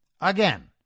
again